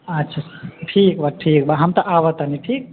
अच्छा ठीक बा ठीक बा हम तऽ आवातानि ठीक